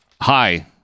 hi